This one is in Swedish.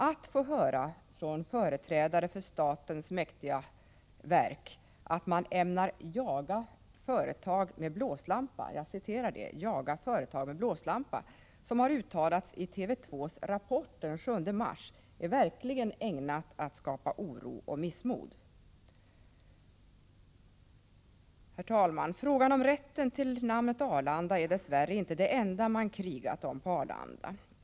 Att man får höra från företrädare för statens mäktiga verk att man ämnar ”jaga företag med blåslampa”, något som uttalades i TV 2:s Rapport den 7 mars, är verkligen ägnat att skapa oro och missmod. Herr talman! Frågan om rätten till namnet Arlanda är dess värre inte det enda man krigat om på Arlanda.